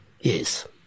Yes